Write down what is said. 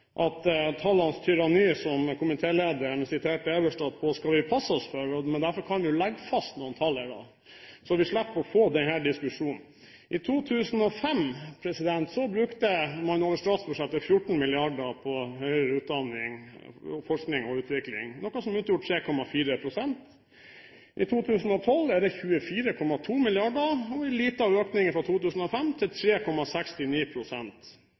at tallenes tyranni, som komitélederen siterte Eberstadt på, skal vi passe oss for, men derfor kan vi jo legge fast noen tall her, slik at vi slipper å få denne diskusjonen. I 2005 brukte man over statsbudsjettet 14 mrd. kr på høyere utdanning, forskning og utvikling, noe som utgjorde 3,4 pst. I 2012 er det 24,2 mrd. kr, og det er en liten økning fra 2005, til